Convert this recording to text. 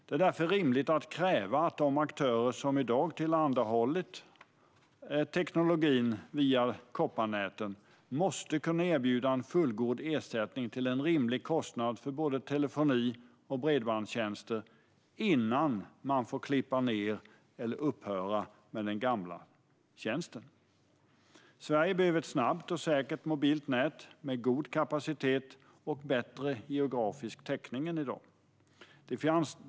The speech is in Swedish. Det är därför rimligt att kräva att de aktörer som tillhandahållit teknologin via kopparnät kan erbjuda en fullgod ersättning till en rimlig kostnad för både telefoni och bredbandstjänster innan den gamla tjänsten får upphöra. Sverige behöver ett snabbt och säkert mobilt nät med god kapacitet och bättre geografisk täckning än i dag.